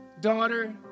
daughter